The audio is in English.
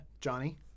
Johnny